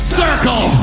circle